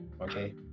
Okay